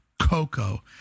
cocoa